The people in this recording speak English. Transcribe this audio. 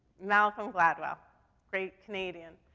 malcolm gladwell great canadian.